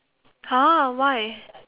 !huh! why